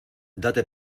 date